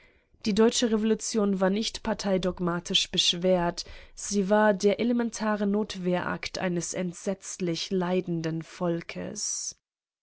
die deutsche revolution war nicht parteidogmatisch beschwert sie war der elementare notwehrakt eines entsetzlich leidenden volkes